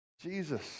Jesus